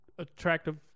Attractive